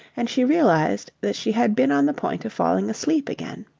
and she realized that she had been on the point of falling asleep again.